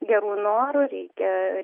gerų norų reikia